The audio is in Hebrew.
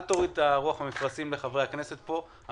אל תוריד את הרוח מהמפרשים לחברי הכנסת פה,